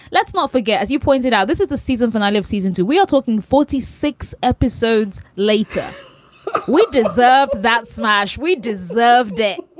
let's not forget, as you pointed out, this is the season finale of season two. we are talking forty six episodes later we deserved that smash. we deserve day